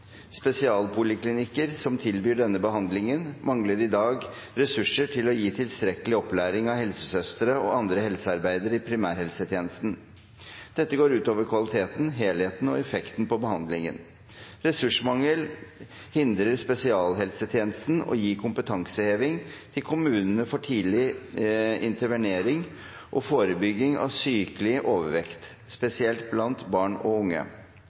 Spesialpoliklinikkene som tilbyr denne behandlingen, mangler i dag ressurser til å gi tilstrekkelig opplæring av helsesøstre og andre helsearbeidere i primærhelsetjenesten, for de er avhengige av dette samarbeidet, og behandlingen går vanligvis over flere år. Dette går ut over kvaliteten, helheten og effekten på behandlingen. Ressursmangel hindrer spesialisthelsetjenesten i å gi kompetanseheving til kommunene for tidlig intervenering og forebygging av sykelig